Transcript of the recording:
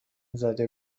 زده